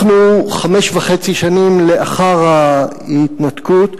אנחנו חמש שנים וחצי לאחר ההתנתקות,